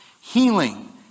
Healing